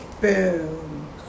Boom